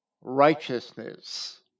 righteousness